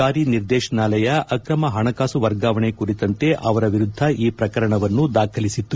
ಜಾರಿ ನಿರ್ದೇಶನಾಲಯ ಅಕ್ರಮ ಹಣಕಾಸು ವರ್ಗಾವಣೆ ಕುರಿತಂತೆ ಅವರ ವಿರುದ್ದ ಈ ಪ್ರಕರಣವನ್ನು ದಾಖಲಿಸಿತ್ತು